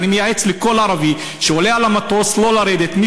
ואני מייעץ לכל ערבי שעולה על המטוס לא לרדת,